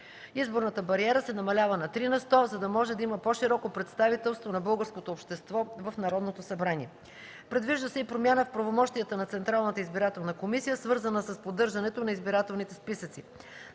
Изборната бариера се намалява на три на сто, за да може да има по-широко представителство на българското общество в Народното събрание. Предвижда се промяна в правомощията на Централната избирателна комисия, свързана с поддържането на избирателните списъци.